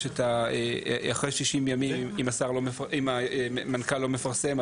יש גם אחרי 60 ימים אם המנכ"ל לא מפרסם,